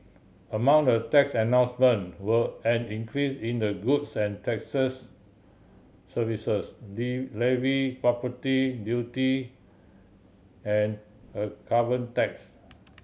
among the tax announcement were an increase in the goods and taxes services levy property duty and a carbon tax